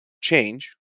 change